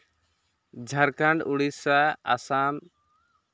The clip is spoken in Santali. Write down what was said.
ᱡᱷᱟᱲᱠᱷᱚᱸᱰ ᱳᱰᱤᱥᱟ ᱟᱥᱟᱢ